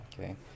Okay